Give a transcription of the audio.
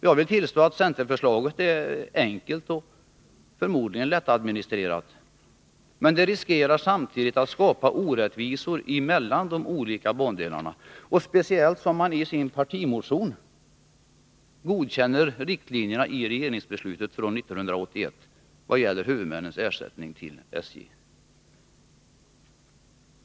Jag vill tillstå att centerförslaget är enkelt och förmodligen lättadministrerat, men man riskerar samtidigt med det att skapa orättvisor mellan de olika bandelarna, speciellt som centern i sin partimotion godkänner riktlinjerna i regeringsbeslutet från 1981 när det gäller huvudmännens ersättning till SJ.